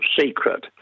secret